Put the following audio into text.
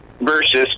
versus